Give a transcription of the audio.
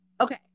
Okay